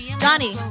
Johnny